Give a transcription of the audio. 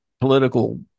political